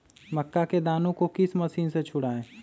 मक्का के दानो को किस मशीन से छुड़ाए?